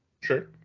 Sure